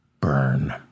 burn